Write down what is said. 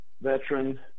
veteran